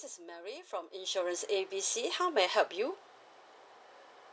is mary from insurance A B C how may I help you